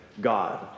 God